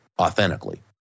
authentically